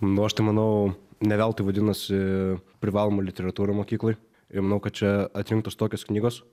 nu aš tai manau ne veltui vadinasi privaloma literatūra mokykloj ir manau kad čia atrinktos tokios knygos